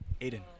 Aiden